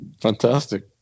Fantastic